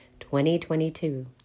2022